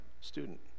student